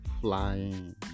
flying